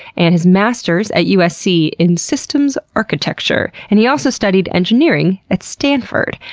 and his masters at usc in systems architecture, and he also studied engineering at stanford.